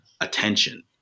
attention